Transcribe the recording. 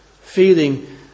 Feeling